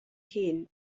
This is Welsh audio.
hun